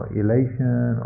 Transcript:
elation